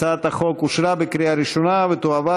הצעת החוק אושרה בקריאה ראשונה ותועבר